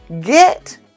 get